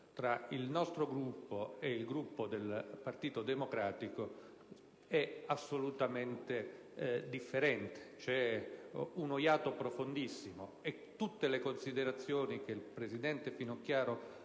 tra il nostro Gruppo e quello del Partito Democratico è assolutamente differente e c'è uno iato profondissimo. Tutte le considerazioni che la presidente Finocchiaro